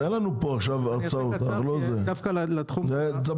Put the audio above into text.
אין הרצאות עכשיו, דבר מהר.